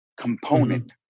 component